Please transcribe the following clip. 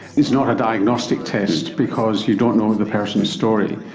is not a diagnostic test because you don't know the person's story.